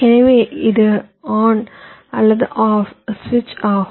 எனவே இது ஆன் அல்லது ஆஃப் சுவிட்ச் ஆகும்